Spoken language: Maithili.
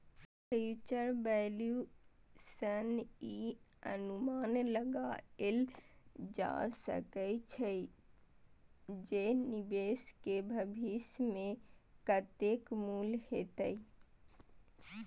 फ्यूचर वैल्यू सं ई अनुमान लगाएल जा सकै छै, जे निवेश के भविष्य मे कतेक मूल्य हेतै